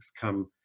come